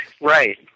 Right